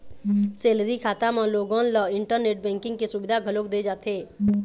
salary खाता म लोगन ल इंटरनेट बेंकिंग के सुबिधा घलोक दे जाथे